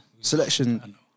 Selection